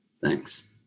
Thanks